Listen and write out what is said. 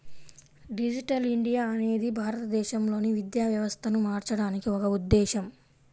digital India అనేది భారతదేశంలోని విద్యా వ్యవస్థను మార్చడానికి ఒక ఉద్ధేశం